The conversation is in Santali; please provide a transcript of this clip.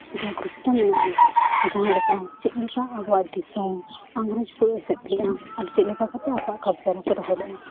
ᱡᱟ ᱜᱩᱨᱩᱛᱛᱚ ᱢᱮᱱᱟᱜᱼᱟ ᱡᱟᱦᱟᱸ ᱞᱮᱠᱟ ᱪᱮᱫ ᱞᱮᱠᱟ ᱟᱵᱚᱣᱟᱜ ᱫᱤᱥᱚᱢ ᱤᱝᱨᱮᱡᱽ ᱠᱚ ᱮᱥᱮᱫ ᱞᱮᱫᱼᱟ ᱟᱨ ᱪᱮᱫ ᱞᱮᱠᱟ ᱠᱟᱛᱮᱫ ᱟᱠᱚᱣᱟᱜ ᱠᱚᱵᱽᱡᱟ ᱨᱮᱠᱚ ᱫᱚᱦᱚ ᱞᱮᱫᱼᱟ